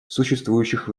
существующих